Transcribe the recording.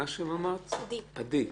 עדי,